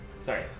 sorry